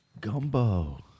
gumbo